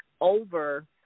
over